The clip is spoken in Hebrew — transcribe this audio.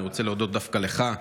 אני רוצה להודות דווקא לך,